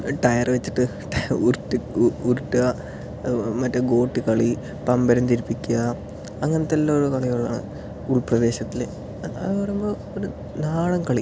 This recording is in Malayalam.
ടയർ വെച്ചിട്ട് ഉരുട്ടി ഉരുട്ടുക മറ്റേ ഗോട്ടിക്കളി പമ്പരം തിരിപ്പിക്കുക അങ്ങനത്തെയുള്ളൊരു കളികളാണ് ഉൾപ്രദേശത്തിൽ അതാകുമ്പോൾ ഒരു നാടൻകളി